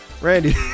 Randy